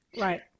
Right